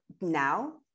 now